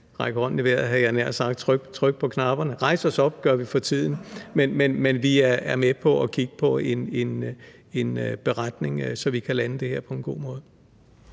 række hånden i vejret, havde jeg nær sagt, trykke på knapperne, rejse os op gør vi for tiden, men vi er med på at kigge på en beretning, så vi kan lande det her på en god måde.